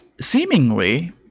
seemingly